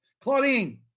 Claudine